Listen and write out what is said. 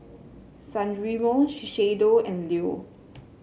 San Remo Shiseido and Leo